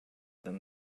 than